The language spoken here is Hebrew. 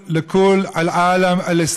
להלן תרגומם: אנחנו רוצים לומר לכל העולם המוסלמי: